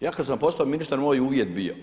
Ja kad sam postao ministar moj je uvjet bio